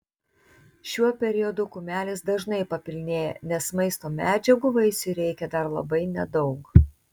šiuo periodu kumelės dažnai papilnėja nes maisto medžiagų vaisiui reikia dar labai nedaug